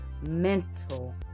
mental